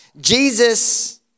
Jesus